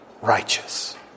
righteous